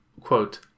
quote